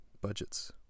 budgets